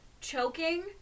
choking